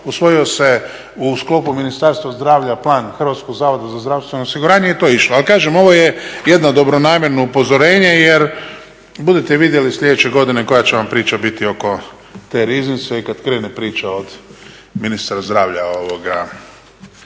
Usvojio se u sklopu Ministarstva zdravlja plan Hrvatskog zavoda za zdravstveno osiguranje i to je išlo. Ali kažem, ovo je jedno dobronamjerno upozorenje, jer budete vidjeli sljedeće godine koja će vam priča biti oko te Riznice i kad krene priča od Ministra zdravlja.